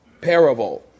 parable